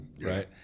right